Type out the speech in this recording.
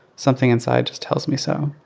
something inside just tells me so.